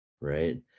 right